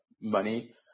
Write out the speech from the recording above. money